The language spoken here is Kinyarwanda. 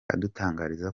adutangariza